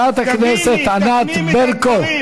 חברת הכנסת ענת ברקו.